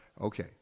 Okay